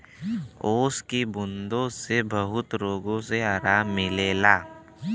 ओस की बूँदो से बहुत रोग मे आराम मिलेला